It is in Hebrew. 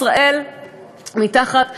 ישראל מתחת לממוצעים,